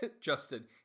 Justin